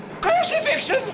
Crucifixion